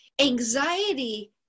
Anxiety